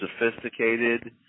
sophisticated